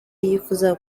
yifuza